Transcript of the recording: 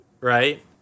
right